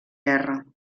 guerra